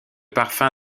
parfum